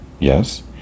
Yes